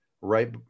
right